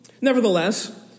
Nevertheless